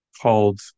called